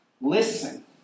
listen